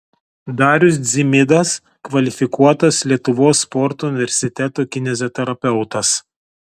darius dzimidas kvalifikuotas lietuvos sporto universiteto kineziterapeutas